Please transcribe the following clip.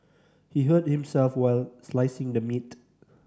he hurt himself while slicing the meat